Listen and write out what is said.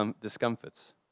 discomforts